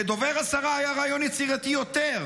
לדובר השרה היה רעיון יצירתי יותר: